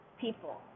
people